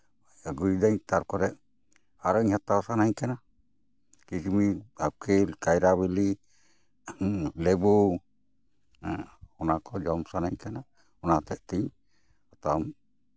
ᱟᱹᱜᱩᱭᱮᱫᱟᱹᱧ ᱛᱟᱨᱯᱚᱨ ᱟᱨᱚᱧ ᱦᱟᱛᱟᱣ ᱥᱟᱱᱟᱧ ᱠᱟᱱᱟ ᱠᱤᱥᱢᱤᱥ ᱟᱯᱮᱞ ᱠᱟᱭᱨᱟ ᱵᱤᱞᱤ ᱞᱮᱵᱩ ᱦᱮᱸ ᱚᱱᱟ ᱠᱚᱦᱚᱸ ᱡᱚᱢ ᱥᱟᱱᱟᱧ ᱠᱟᱱᱟ ᱚᱱᱟ ᱦᱚᱛᱮᱜ ᱛᱤᱧ ᱦᱟᱛᱟᱣᱟ